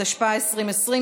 התשפ"א 2020,